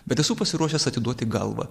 bet esu pasiruošęs atiduoti galvą